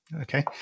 okay